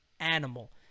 animal